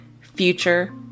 future